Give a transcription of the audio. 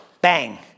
bang